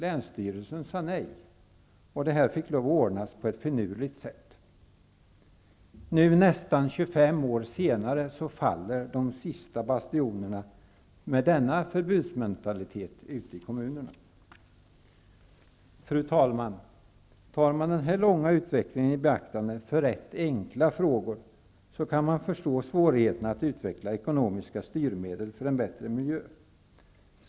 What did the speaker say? Länsstyrelsen sade nej, och detta fick ordnas på ett finurligt sätt. Nu nästan 25 år senare faller de sista bastionerna för denna förbudsmentalitet ute i kommunerna. Fru talman! Om man tar den här långa utvecklingen för rätt enkla frågor i beaktande, kan man förstå svårigheterna att utveckla ekonomiska styrmedel för en bättre miljö.